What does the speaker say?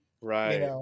Right